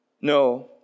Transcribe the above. No